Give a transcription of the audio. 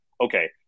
okay